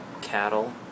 cattle